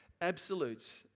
absolutes